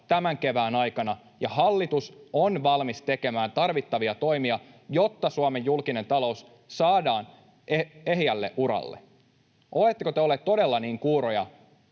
tämän kevään aikana ja hallitus on valmis tekemään tarvittavia toimia, jotta Suomen julkinen talous saadaan ehjälle uralle. Oletteko te olleet todella niin kuuroja,